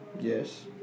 Yes